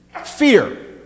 Fear